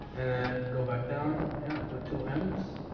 and go back down yeah with two m's